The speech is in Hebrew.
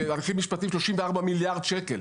בהליכים משפטיים, 34 מיליארד שקל.